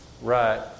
right